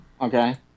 Okay